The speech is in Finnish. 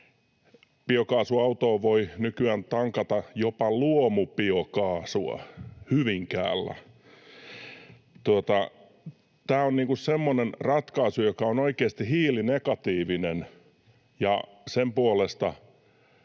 Biokaasuautoon voi nykyään tankata jopa luomubiokaasua Hyvinkäällä. Tämä on semmoinen ratkaisu, joka on oikeasti hiilinegatiivinen, ja sen puolesta